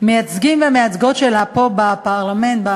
אם זו הייתה האמת, אתה יודע